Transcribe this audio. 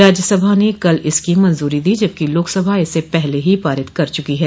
राज्यसभा ने कल इसकी मंजूरी दी जबकि लोकसभा इसे पहले ही पारित कर च् की है